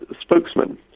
spokesman